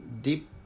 deep